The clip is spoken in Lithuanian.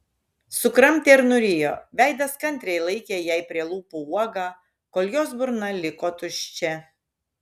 sukramtė ir nurijo veidas kantriai laikė jai prie lūpų uogą kol jos burna liko tuščia